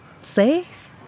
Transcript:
safe